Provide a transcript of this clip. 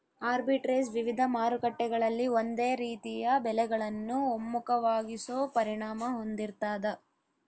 arbitrage ವಿವಿಧ ಮಾರುಕಟ್ಟೆಗಳಲ್ಲಿ ಒಂದೇ ರೀತಿಯ ಬೆಲೆಗಳನ್ನು ಒಮ್ಮುಖವಾಗಿಸೋ ಪರಿಣಾಮ ಹೊಂದಿರ್ತಾದ